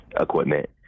equipment